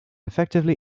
effectively